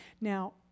Now